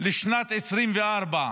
לשנת 2024,